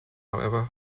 however